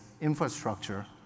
infrastructure